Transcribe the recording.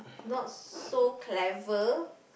not so clever